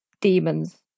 demons